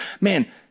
man